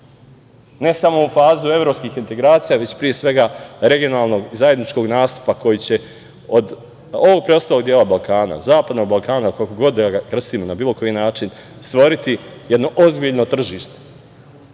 ne samo u fazu evropskih integracija, već pre svega regionalnog i zajedničkog nastupa koji će od ovog preostalog dela Balkana, zapadnog Balkana, ili kako god da ga krstimo, na bilo koji način, stvoriti jedno ozbiljno tržište,